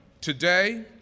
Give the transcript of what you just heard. Today